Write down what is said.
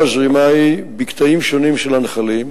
או שמצמידים את השאילתות.